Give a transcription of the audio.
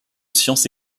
sciences